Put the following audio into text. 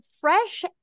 fresh